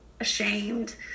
ashamed